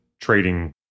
trading